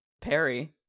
Perry